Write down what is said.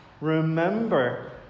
remember